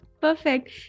Perfect